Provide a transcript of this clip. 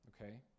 okay